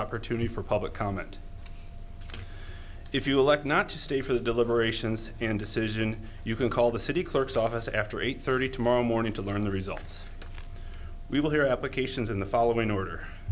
opportunity for public comment if you elect not to stay for the deliberations in decision you can call the city clerk's office after eight thirty tomorrow morning to learn the results we will hear applications in the following order